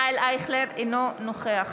אייכלר, אינו נוכח